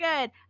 good